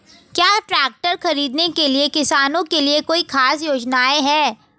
क्या ट्रैक्टर खरीदने के लिए किसानों के लिए कोई ख़ास योजनाएं हैं?